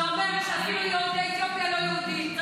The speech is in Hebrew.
הוא אומר אפילו שיהודי אתיופיה לא יהודים.